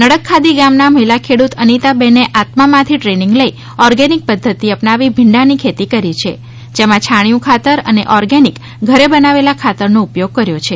નડગખાદી ગામના મહિલા ખેડૂત અનિતા બેન એ આત્મા માંથી ટ્રેનિંગ લઇ ઓર્ગનિક પદ્ધતિ અપનાવી ભીંડા ની ખેતી કરી છે જેમાં છાણીયું ખાતર અને ઓર્ગનિક ઘરે બનાવેલા ખાતર નો ઉપયોગ કર્યો છે